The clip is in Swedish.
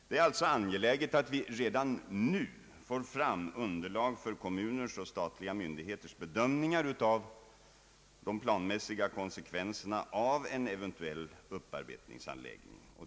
Det är alltså angeläget att vi redan nu får fram underlag för kommuners och statliga myndigheters bedömningar av de planmässiga konsekvenserna av en eventuell upparbetningsanläggning.